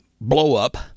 blow-up